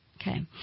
Okay